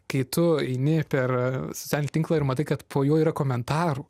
kai tu eini per socialinį tinklą ir matai kad po jo yra komentarų